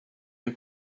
you